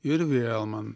ir vėl man